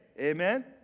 Amen